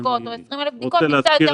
או 20,000 בדיקות נמצא יותר מאומתים.